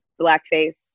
blackface